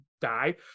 die